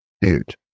dude